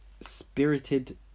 Spirited